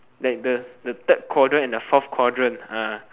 like the the third quadrant and the fourth quadrant ah